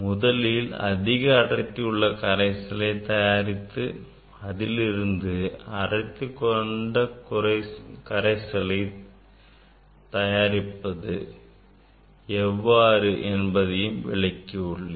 முதலில் அதிக அடர்த்தியுள்ள கரைசலை தயாரித்து அதிலிருந்து அடர்த்தி குறைந்த கரைசலை தயாரிப்பது என்பதையும் விளக்கியுள்ளேன்